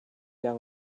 young